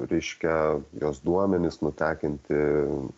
reiškia jos duomenis nutekinti